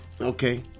Okay